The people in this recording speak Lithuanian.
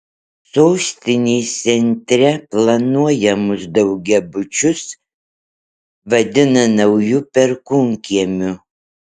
sostinės centre planuojamus daugiabučius vadina nauju perkūnkiemiu